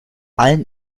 allen